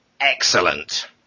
excellent